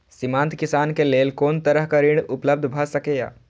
सीमांत किसान के लेल कोन तरहक ऋण उपलब्ध भ सकेया?